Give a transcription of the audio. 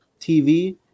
TV